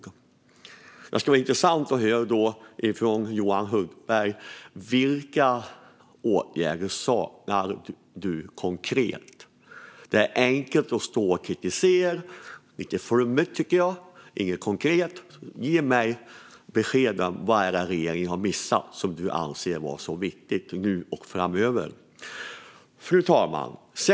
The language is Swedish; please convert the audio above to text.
Det skulle vara intressant att höra från Johan Hultberg vilka åtgärder han saknar, konkret. Det är enkelt att stå och kritisera, men jag tycker att det är lite flummigt och ingenting konkret. Ge mig besked, Johan Hultberg, om vad det är regeringen har missat som du anser är så viktigt nu och framöver! Fru talman!